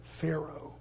Pharaoh